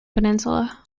peninsula